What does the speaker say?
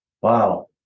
Wow